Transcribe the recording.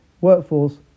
Workforce